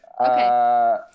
Okay